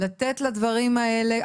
לתת לדברים האלה,